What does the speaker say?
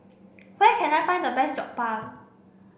where can I find the best Jokbal